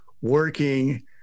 working